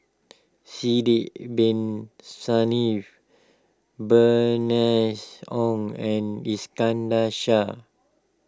Sidek Bin Saniff Bernice Ong and Iskandar Shah